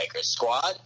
squad